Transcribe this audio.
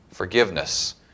forgiveness